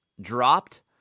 dropped